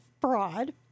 fraud